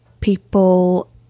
people